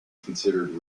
considered